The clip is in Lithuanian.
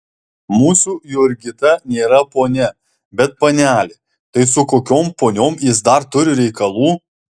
mūsų jurgita nėra ponia bet panelė tai su kokiom poniom jis dar turi reikalų